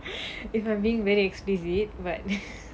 if I'm being very explicit but